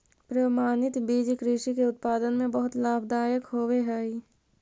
प्रमाणित बीज कृषि के उत्पादन में बहुत लाभदायक होवे हई